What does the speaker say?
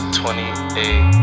28